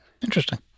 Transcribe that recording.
Interesting